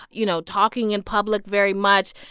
you know, talking in public very much.